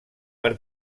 per